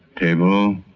table.